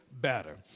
better